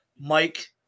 mike